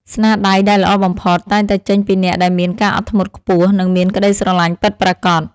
ស្នាដៃដែលល្អបំផុតតែងតែចេញពីអ្នកដែលមានការអត់ធ្មត់ខ្ពស់ និង មានក្តីស្រលាញ់ពិតប្រាកដ។